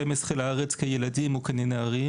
12 לארץ כילדים או כנערים.